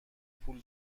پول